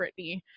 Britney